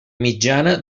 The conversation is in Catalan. mitjana